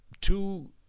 two